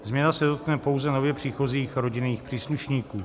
Změna se dotkne pouze nově příchozích rodinných příslušníků.